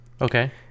Okay